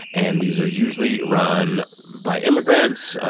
and these are usually run by immigrants,